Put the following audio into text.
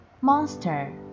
Monster